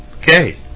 Okay